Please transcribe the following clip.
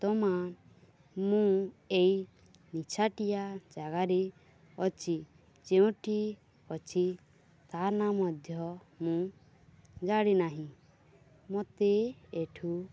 ବର୍ତ୍ତମାନ ମୁଁ ଏଇ ନିଛାଟିଆ ଜାଗାରେ ଅଛି ଯେଉଁଠି ଅଛି ତା ନା ମଧ୍ୟ ମୁଁ ଜାଣିନାହିଁ ମୋତେ ଏଠୁ